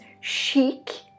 chic